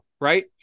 Right